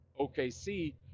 OKC